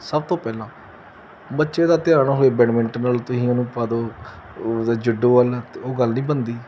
ਸਭ ਤੋਂ ਪਹਿਲਾਂ ਬੱਚੇ ਦਾ ਧਿਆਨ ਹੋਵੇ ਬੈਡਮਿੰਟਨ ਵੱਲ ਤੁਸੀਂ ਉਹਨੂੰ ਪਾ ਦਿਉ ਉਹਦੇ ਜੂਡੋ ਵੱਲ ਅਤੇ ਉਹ ਗੱਲ ਨਹੀਂ ਬਣਦੀ